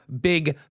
big